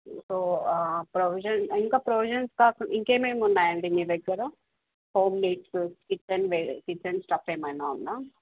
so అంటే provision ఇంకా provisions కాకుండా ఇంకేమేమున్నాయండీ మీ దగ్గర home mades kitchen kitchen stuff ఏమైనా ఉందా